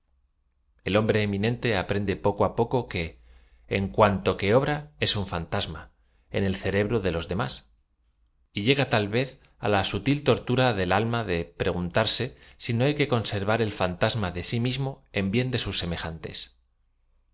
el hombre eminente aprende poco á poco que en cuanto que obra es un fantasma en el cerebro de lo demás y llega ta l vez la sutil tortura del alm a de preguntarse si no h a y que conservar el fantasma de sí mismo en bien de sus semejantes